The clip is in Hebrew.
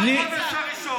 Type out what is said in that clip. למה בחודש הראשון?